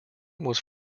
was